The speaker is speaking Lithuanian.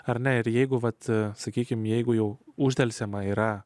ar ne ir jeigu vat sakykime jeigu jau uždelsiama yra